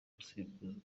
gusimbuzwa